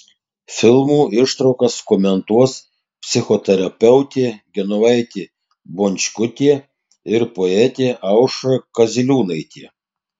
filmų ištraukas komentuos psichoterapeutė genovaitė bončkutė ir poetė aušra kaziliūnaitė